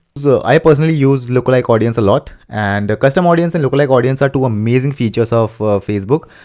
so i personally use lookalike audience a lot. and custom audience and lookalike audience are two amazing features of facebook.